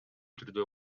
түрдө